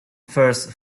first